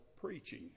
preaching